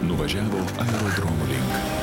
nuvažiavo aerodromo link